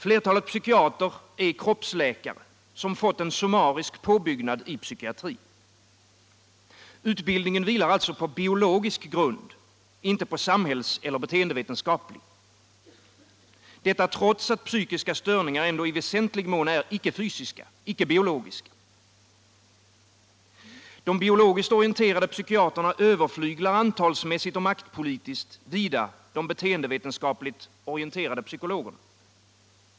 Flertalet psykiater är kroppsläkare som fått en summarisk påbyggnad i psykiatri. Utbildningen vilar alltså på biologisk grund, inte på samhällseller beteendevetenskaplig. Detta trots att psykiska störningar ändå i väsentlig mån är icke-fysiska, icke-biologiska. De biologiskt orienterade psykiaterna överflyglar antalsmässigt och maktpolitiskt vida de beteendevetenskapligt orienterade psykologerna.